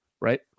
right